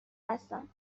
هستم